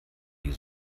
die